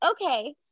okay